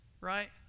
right